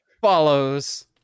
follows